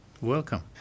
Welcome